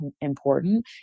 important